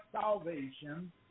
salvation